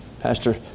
Pastor